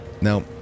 Now